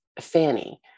Fanny